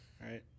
right